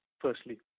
firstly